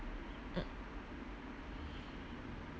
mm